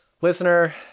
Listener